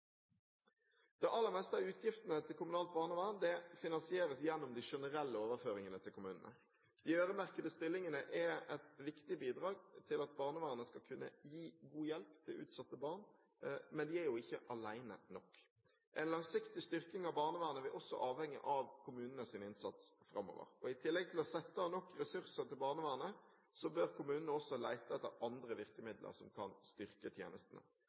Det aller meste av utgiftene til kommunalt barnevern finansieres gjennom de generelle overføringene til kommunene. De øremerkede stillingene er et viktig bidrag for at barnevernet skal kunne gi god hjelp til utsatte barn, men de er ikke alene nok. En langsiktig styrking av barnevernet vil også avhenge av kommunenes innsats framover. I tillegg til å sette av nok ressurser til barnevernet bør kommunene også lete etter andre virkemidler som kan styrke tjenestene.